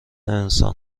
انسان